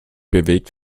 bewegt